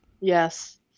Yes